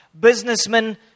Businessmen